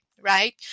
right